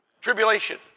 Tribulation